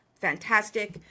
Fantastic